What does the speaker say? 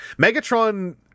Megatron